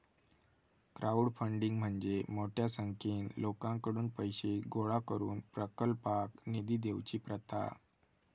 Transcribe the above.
crowdfunding म्हणजे मोठ्या संख्येन लोकांकडुन पैशे गोळा करून प्रकल्पाक निधी देवची प्रथा